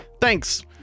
Thanks